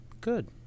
Good